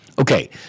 Okay